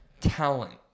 talent